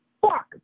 Fuck